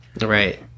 Right